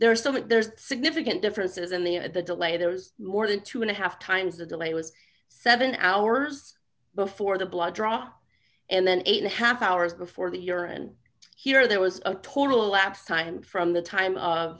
are so many there's significant differences in the at the delay there's more than two and a half times the delay was seven hours before the blood drawn and then eight half hours before the urine here there was a total lapse time from the time of